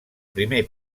primer